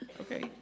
Okay